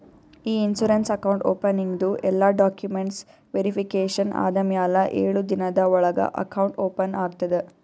E insurance account ಓಪನಿಂಗ್ದು ಎಲ್ಲಾ documents verification ಆದಮ್ಯಾಲ ಎಳು ದಿನದ ಒಳಗ ಅಕೌಂಟ್ ಓಪನ್ ಆಗ್ತದ